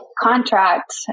contract